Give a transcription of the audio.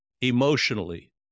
emotionally